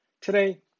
Today